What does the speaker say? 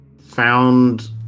found